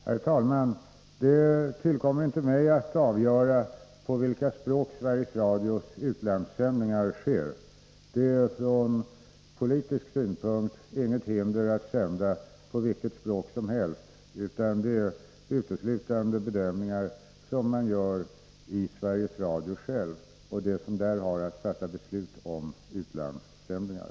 Herr talman! Det tillkommer inte mig att avgöra på vilka språk Sveriges Radios utlandssändningar sker. Det finns från politisk synpunkt inget hinder att sända på vilket språk som helst, men det är uteslutande fråga om bedömningar som görs inom Sveriges Radio av dem som där har att fatta beslut om utlandssändningar.